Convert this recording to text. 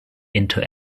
into